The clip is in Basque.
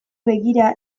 begira